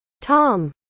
Tom